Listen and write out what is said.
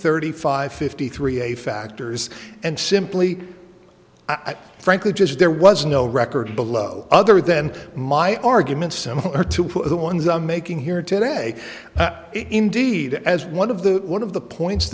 thirty five fifty three a factors and simply i frankly just there was no record below other than my arguments similar to the ones i'm making here today indeed as one of the one of the points